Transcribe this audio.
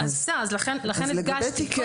לכן הדגשתי.